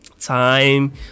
time